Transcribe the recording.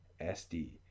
SD